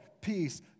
peace